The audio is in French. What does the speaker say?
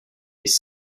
les